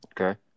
Okay